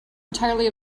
entirely